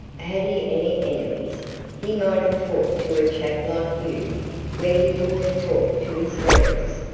had he any enemies he might have talked to a chap like you where he wouldn't have talked to his friends.